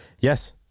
Yes